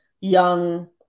young